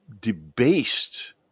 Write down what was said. debased